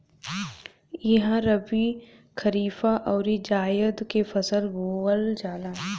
इहा रबी, खरीफ अउरी जायद के फसल बोअल जाला